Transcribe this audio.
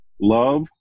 love